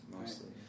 mostly